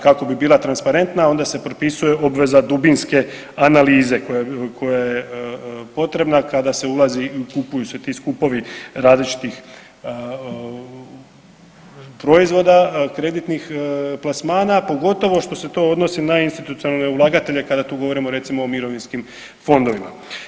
Kako bi bila transparentna onda se propisuje obveza dubinske analize koja je potrebna kada se ulazi i kupuju se ti skupovi različitih proizvoda kreditnih plasmana, pogotovo što se to odnosi na institucionalne ulagatelje kada tu govorimo recimo o mirovinskim fondovima.